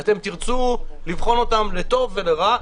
תרצו לבחון אותם לטוב ולרע,